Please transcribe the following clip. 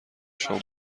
شام